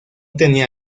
tenía